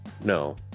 No